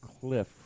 cliff